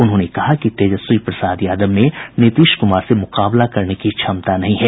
उन्होंने कहा की तेजस्वी प्रसाद यादव में नीतीश कुमार से मुकाबला करने की क्षमता नहीं है